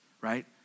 right